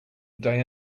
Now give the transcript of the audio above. day